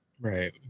right